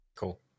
Cool